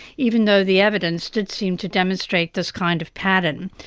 even though the evidence did seem to demonstrate this kind of pattern.